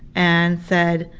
and said